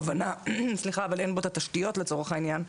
ההבנה אבל אין בו את התשתיות לצורך העניין,